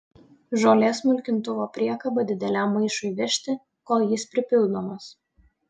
žolės smulkintuvo priekaba dideliam maišui vežti kol jis pripildomas